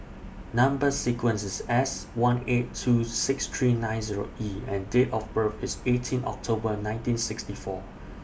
Number sequence IS S one eight two six three nine Zero E and Date of birth IS eighteen October nineteen sixty four